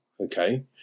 okay